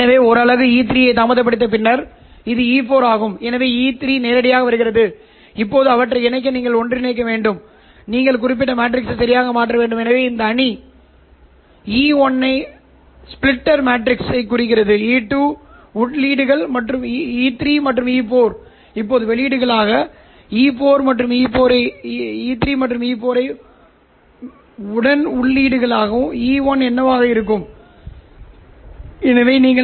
எனவே புகைப்பட மின்னோட்டத்தின் இந்த ஏசி பகுதி நீங்கள் பார்த்தால் இந்த அதிர்வெண் ஆஃப்செட் இருக்கும் ωs OLO வித்தியாசம் அதிர்வெண் ஆஃப்செட் ஆகும் இது நீங்கள் எப்படியாவது மதிப்பிடலாம் மற்றும் சரிசெய்யலாம் பின்னர் θs உடன் இதுவும் இருக்கும் -θLO சரி